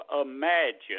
imagine